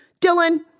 Dylan